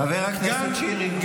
חבר הכנסת שירי.